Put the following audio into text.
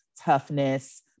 toughness